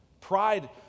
Pride